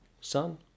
son